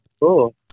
cool